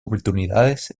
oportunidades